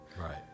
Right